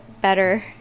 better